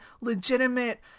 legitimate